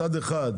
מצד אחד,